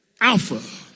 Alpha